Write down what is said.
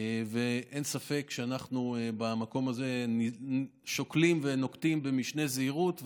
אין ספק שאנחנו במקום הזה שוקלים ונוקטים משנה זהירות,